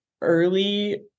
early